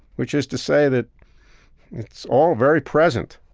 which is to say that it's all very present